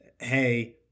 hey